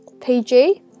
PG